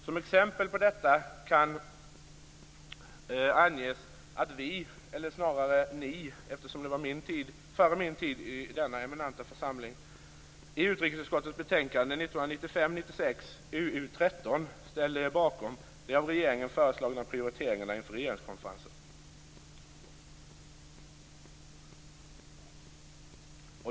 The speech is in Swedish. Som exempel på detta kan anges att vi, eller snarare ni, eftersom det var före min tid i denna eminenta församling, i utrikesutskottets betänkande 1995/96:UU13 ställde er bakom de av regeringen förslagna prioriteringarna inför regeringskonferensen.